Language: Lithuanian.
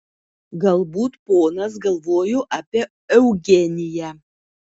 galbūt ponas galvojo apie eugeniją